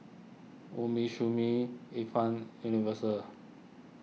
Umisumi Ifan Universal